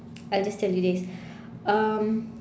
I'll just tell you this um